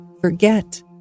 forget